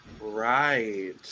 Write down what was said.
Right